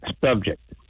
subject